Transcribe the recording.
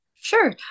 Sure